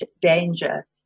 danger